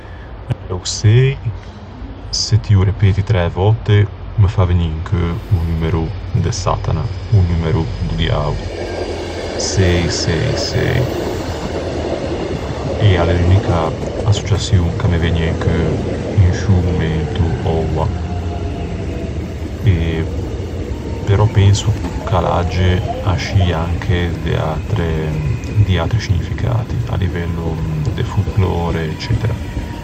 O sëi se ti ô repeti træ vòtte o me fa vegnî in cheu o numero de Satana, o numero do diao, sëi sëi sëi. E a l'é l'unica associaçion ch'a me vëgne in cheu in sciô momento, oua. Però penso ch'a l'agge ascì, anche de atre di atri scignificati, à livello de folklore eccetera.